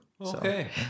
okay